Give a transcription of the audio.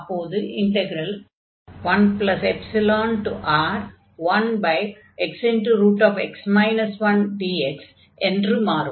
அப்போது integral 1ϵR1xx 1dx என்று மாறும்